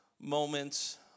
moments